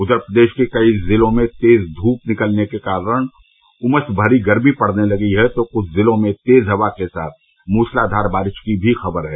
उद्यर प्रदेश के कई जिलों में तेज ध्य निकलने के कारण उमस भरी गर्मी पड़ने लगी है तो कुछ जिलों में तेज हवा के साथ मूसलाधार बारिश की भी खबर है